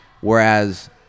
Whereas